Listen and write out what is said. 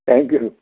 thank you